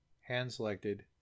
hand-selected